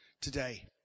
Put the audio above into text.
today